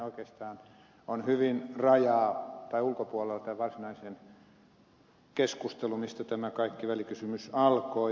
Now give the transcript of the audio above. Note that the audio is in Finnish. tämähän on oikeastaan hyvin ulkopuolella tämän varsinaisen keskustelun mistä tämä kaikki välikysymys alkoi